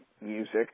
music